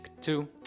two